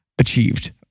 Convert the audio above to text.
achieved